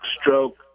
stroke